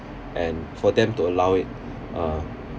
and for them to allow it uh